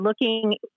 looking